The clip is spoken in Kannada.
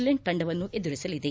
ಲ್ಯಾಂಡ್ ತಂಡವನ್ನು ಎದುರಿಸಲಿದೆ